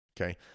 Okay